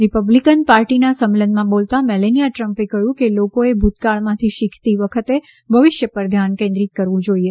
Republican પાર્ટીના સંમેલનમાં બોલતાં મેલેનીયા ટ્રમ્પે કહ્યું કે લોકોએ ભૂતકાળમાંથી શીખતી વખતે ભવિષ્ય પર ધ્યાન કેન્દ્રિત કરવું જોઈએ